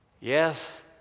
yes